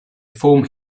formed